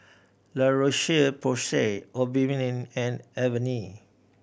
La Roche Porsay Obimin and Avene